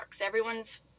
everyone's